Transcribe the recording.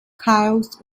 karls